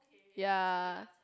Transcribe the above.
ya